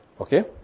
okay